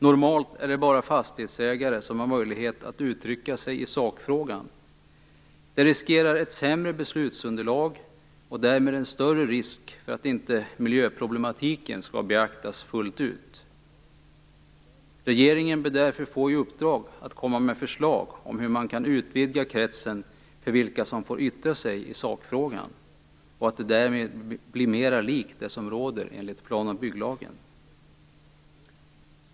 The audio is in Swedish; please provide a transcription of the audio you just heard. Normalt är det bara fastighetsägare som har möjlighet att uttrycka sig i sakfrågan. Det riskerar medföra ett sämre beslutsunderlag och därmed en större risk för att inte miljöproblematiken skall beaktas fullt ut. Regeringen bör därför få i uppdrag att komma med förslag om hur man kan utvidga kretsen av vilka som får yttra sig i sakfrågan så att det därmed blir mera likt vad som råder enligt plan och bygglagen.